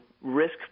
risk